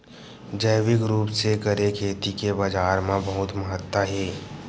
जैविक रूप से करे खेती के बाजार मा बहुत महत्ता हे